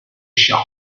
shop